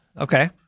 okay